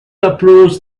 approached